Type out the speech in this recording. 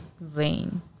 vein